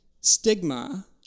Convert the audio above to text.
stigma